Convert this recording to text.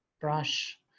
brush